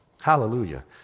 Hallelujah